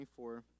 24